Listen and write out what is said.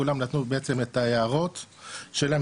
כולם נתנו בעצם את ההערות שלהם.